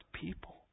people